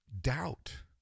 doubt